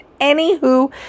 Anywho